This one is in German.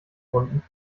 bunten